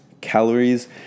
calories